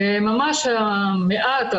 וממש המעט,